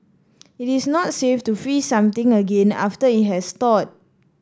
it is not safe to freeze something again after it has thawed